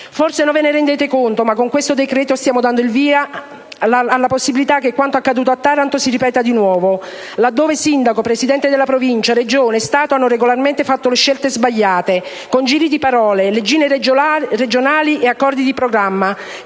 Forse non ve ne rendete conto ma con questo decreto stiamo dando il via alla possibilità che quanto accaduto a Taranto si ripeta di nuovo, laddove sindaco, presidente della Provincia, Regione, Stato hanno regolarmente fatto le scelte sbagliate, con giri di parole, leggine regionali e accordi di programma